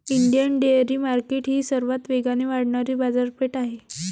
Indian dairy market ही सर्वात वेगाने वाढणारी बाजारपेठ आहे